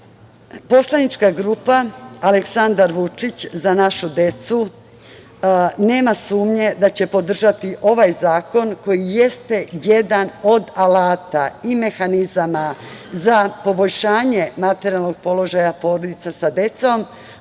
lečenja. Poslanička grupa Aleksandar Vučić – Za našu decu će podržati ovaj zakon koji jeste jedan od alata i mehanizama za poboljšanje materijalnog položaja porodica sa decom,